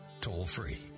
toll-free